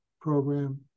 program